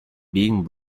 being